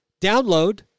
download